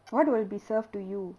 what will be served to you